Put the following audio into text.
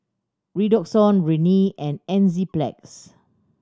Redoxon Rene and Enzyplex